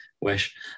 wish